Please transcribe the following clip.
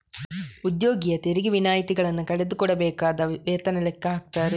ಉದ್ಯೋಗಿಯ ತೆರಿಗೆ ವಿನಾಯಿತಿಗಳನ್ನ ಕಳೆದು ಕೊಡಬೇಕಾದ ವೇತನ ಲೆಕ್ಕ ಹಾಕ್ತಾರೆ